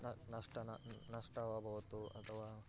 न नष्टनं नष्टः वा भवतु अथवा